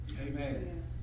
Amen